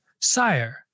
Sire